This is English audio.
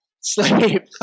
Sleep